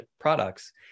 products